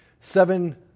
seven